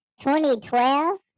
2012